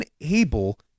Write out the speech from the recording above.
unable